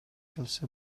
келсе